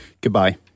goodbye